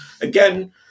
again